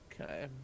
Okay